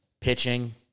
pitching